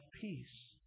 peace